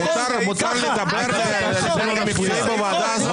מותר לדבר בוועדה הזאת?